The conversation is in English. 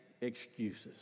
excuses